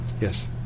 Yes